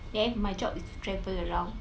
then if my job is to travel around